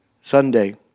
Sunday